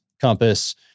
compass